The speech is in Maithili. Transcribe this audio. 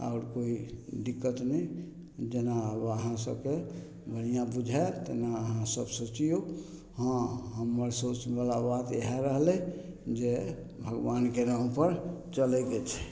आओर कोइ दिक्कत नहि जेना आब अहाँ सबके बढ़िआँ बुझय तेना आब अहाँ सब सोचियौ हँ हमर सबसँ बड़ा बात इएह रहलइ जे भगवानके नाम पर चलय के छै